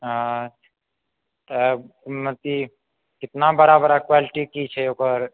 हँ तऽ अथी कितना बड़ा बड़ा क्वालिटी की छै ओकर